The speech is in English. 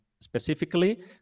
specifically